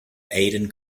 aden